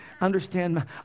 understand